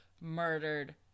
murdered